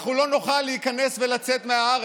אנחנו לא נוכל להיכנס לארץ ולצאת ממנה.